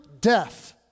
death